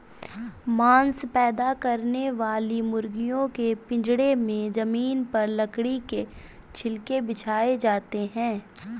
मांस पैदा करने वाली मुर्गियों के पिजड़े में जमीन पर लकड़ी के छिलके बिछाए जाते है